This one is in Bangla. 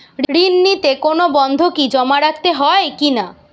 ঋণ নিতে কোনো বন্ধকি জমা রাখতে হয় কিনা?